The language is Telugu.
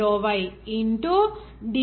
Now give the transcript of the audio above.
dy2dx dz